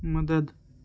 مدد